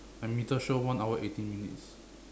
my meter show one hour eighteen minutes